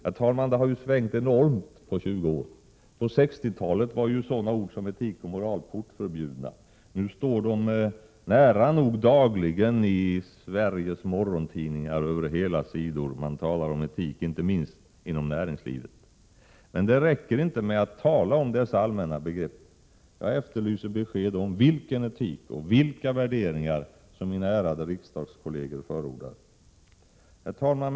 Det har ju, herr talman, svängt enormt på 20 år. På 60-talet var ord som etik och moral portförbjudna. Nu står de näranog dagligen över hela sidor i Sveriges morgontidningar. Man talar om etik inte minst inom näringslivet. Men det räcker inte med att tala om dessa allmänna begrepp. Jag efterlyser besked om vilken etik och vilka värderingar som mina ärade riksdagskolleger förordar. Herr talman!